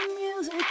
music